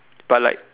but like